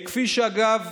כפי שאגב,